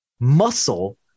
muscle